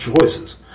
choices